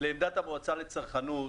המועצה לצרכנות,